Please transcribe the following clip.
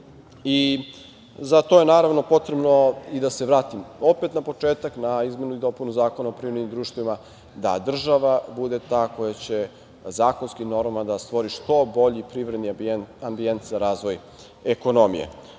to je, naravno, potrebno, i da se vratim opet na početak, na izmenu i dopunu Zakona o privrednim društvima, da država bude ta koja će zakonskim normama da stvori što bolji privredni ambijent za razvoj ekonomije.Za